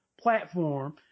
platform